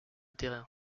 terrain